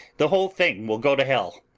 the whole thing will go to hell.